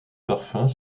parfums